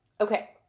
okay